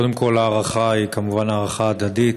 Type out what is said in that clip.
קודם כול, ההערכה היא כמובן הדדית.